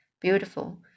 beautiful